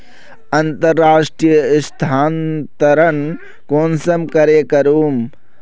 अंतर्राष्टीय स्थानंतरण कुंसम करे करूम?